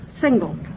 single